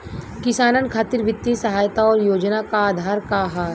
किसानन खातिर वित्तीय सहायता और योजना क आधार का ह?